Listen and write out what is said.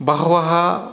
बहवः